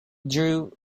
drew